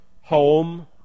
home